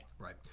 Right